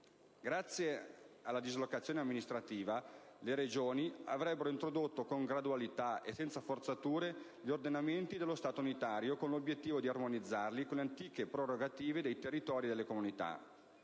Grazie alla dislocazione amministrativa, le Regioni avrebbero introdotto con gradualità e senza forzature gli ordinamenti dello Stato unitario, con l'obiettivo di armonizzarli con le antiche prerogative dei territori e delle comunità.